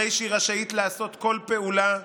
הרי שהיא רשאית לעשות כל פעולה,